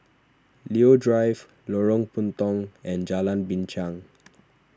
Leo Drive Lorong Puntong and Jalan Binchang